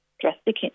drastic